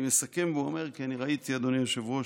אני מסכם ואומר, כי אני ראיתי, אדוני היושב-ראש,